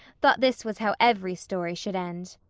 thought this was how every story should end.